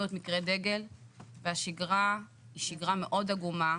להיות מקרי דגל והשגרה היא שגרה מאוד עגומה.